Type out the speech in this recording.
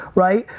right?